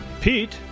Pete